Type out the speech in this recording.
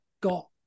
got